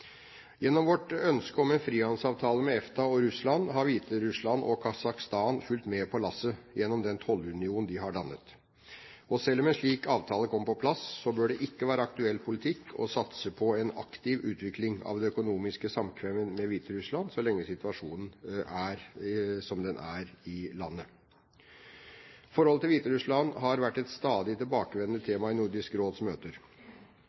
Gjennom vårt ønske om en frihandelsavtale mellom EFTA og Russland har Hviterussland og Kasakhstan fulgt med på lasset gjennom den tollunion de har dannet. Selv om en slik avtale kommer på plass, bør det ikke være aktuell politikk å satse på en aktiv utvikling av det økonomiske samkvemmet med Hviterussland så lenge situasjonen er som den er i landet. Forholdet til Hviterussland har vært et stadig tilbakevendende tema i Nordisk Råds møter.